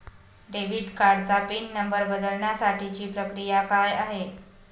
Debit कार्डचा PIN number बदलण्यासाठीची प्रक्रिया काय आहे?